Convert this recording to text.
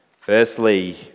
Firstly